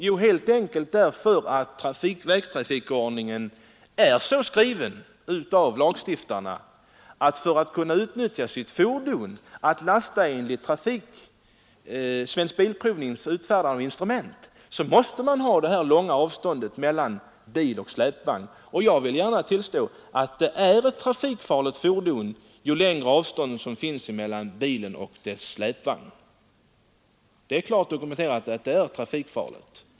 Jo, helt enkelt därför att vägtrafikförordningen är så skriven av lagstiftarna att fordonsföraren, för att kunna utnyttja sitt fordon och lasta enligt av Svensk bilprovning utfärdat instrument, måste ha detta långa avstånd mellan bil och släpvagn. Jag vill gärna tillstå att ett fordon är mer trafikfarligt ju längre avståndet är mellan bilen och dess släpvagn. Det är klart dokumenterat.